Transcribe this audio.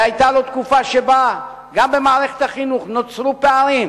והיתה לו תקופה שבה גם במערכת החינוך נוצרו פערים,